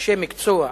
אנשי מקצוע,